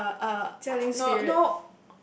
Jia uh uh no no